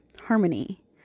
harmony